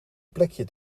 plekje